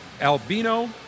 Albino